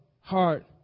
heart